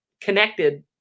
connected